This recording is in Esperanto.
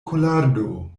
kolardo